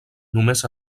només